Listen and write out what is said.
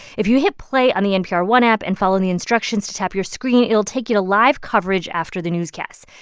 if you hit play on the npr one app and follow the instructions to tap your screen, it'll take you live coverage after the newscast.